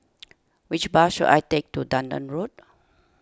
which bus should I take to Dunearn Road